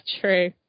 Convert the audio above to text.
true